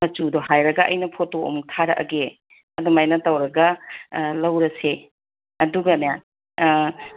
ꯃꯆꯨꯗꯨ ꯍꯥꯏꯔꯒ ꯑꯩꯅ ꯐꯣꯇꯣ ꯑꯃꯨꯛ ꯊꯥꯔꯛꯑꯒꯦ ꯑꯗꯨꯃꯥꯏꯅ ꯇꯧꯔꯒ ꯂꯧꯔꯁꯦ ꯑꯗꯨꯒꯅꯦ